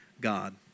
God